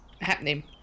happening